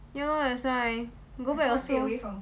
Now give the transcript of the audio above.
ya lor that's why go back also